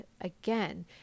again